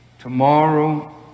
Tomorrow